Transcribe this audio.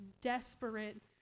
desperate